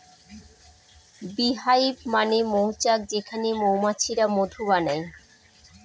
bee hive মানে মৌচাক যেখানে মৌমাছিরা মধু বানায়